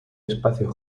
espacio